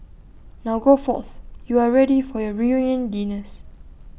now go forth you are ready for your reunion dinners